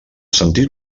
sentit